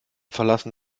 verlassen